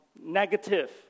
negative